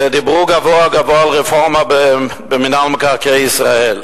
דיברו גבוהה-גבוהה על רפורמה במינהל מקרקעי ישראל.